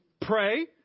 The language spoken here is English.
pray